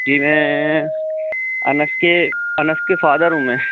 जी मैं अनस के अनस के फादर हूँ मैं